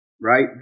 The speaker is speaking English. right